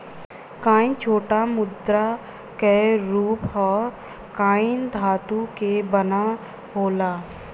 coin छोटा मुद्रा क रूप हौ कॉइन धातु क बना होला